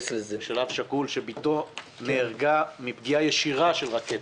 שבתו נהרגה מפגיעה ישירה של רקטה.